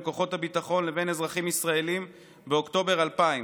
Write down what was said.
כוחות הביטחון לבין אזרחים ישראלים באוקטובר 2000,